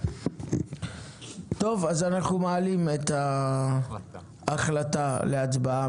אנחנו מעלים את ההחלטה להצבעה.